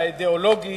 האידיאולוגי